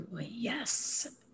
Yes